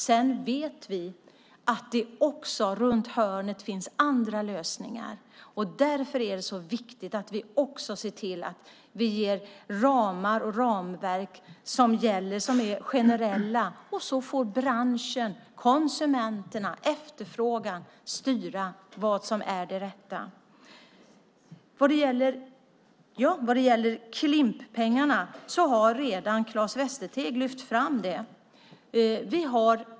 Sedan vet vi att det runt hörnet finns andra lösningar. Därför är det så viktigt att vi också ser till att vi ger ramar och ramverk som är generella. Sedan får branschen och konsumenternas efterfrågan styra vad som är det rätta. Det som gäller Klimppengarna har Claes Västerteg redan lyft fram.